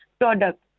product